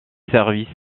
service